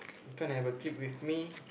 you can't have a click with me